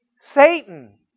Satan